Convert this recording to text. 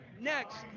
next